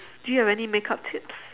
do you have any makeup tips